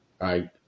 right